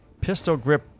pistol-grip